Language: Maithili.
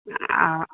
आ